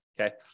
okay